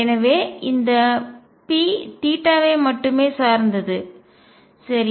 எனவே இந்த P தீட்டாவை மட்டுமே சார்ந்தது சரி